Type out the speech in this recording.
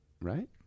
right